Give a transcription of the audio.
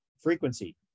frequency